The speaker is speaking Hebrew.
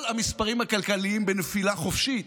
כל המספרים הכלכליים בנפילה חופשית.